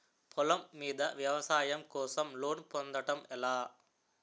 పొలం మీద వ్యవసాయం కోసం లోన్ పొందటం ఎలా?